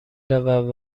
رود